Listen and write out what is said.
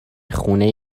خونه